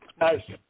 Nice